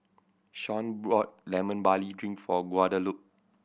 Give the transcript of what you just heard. Sean bought Lemon Barley Drink for Guadalupe